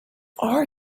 are